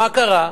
מה קרה?